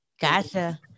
Gotcha